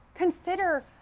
Consider